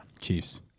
Chiefs